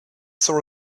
saw